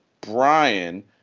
brian